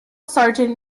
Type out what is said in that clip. sergeant